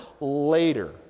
later